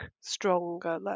stronger